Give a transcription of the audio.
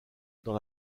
dans